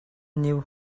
knew